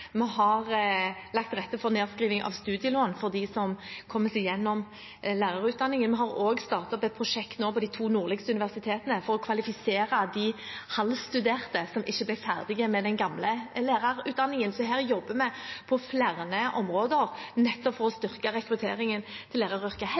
Vi har lagt til rette for nedskriving av studielån for dem som kommer seg gjennom lærerutdanningen. Vi har også startet et prosjekt nå på de to nordligste universitetene for å kvalifisere de halvstuderte som ikke ble ferdig med den gamle lærerutdanningen. Så her jobber vi på flere områder nettopp for å